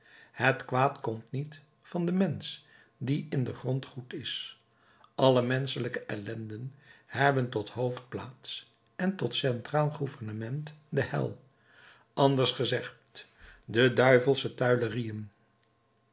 het kwaad komt niet van den mensch die in den grond goed is alle menschelijke ellenden hebben tot hoofdplaats en tot centraal gouvernement de hel anders gezegd de duivelsche tuilerieën